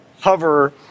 hover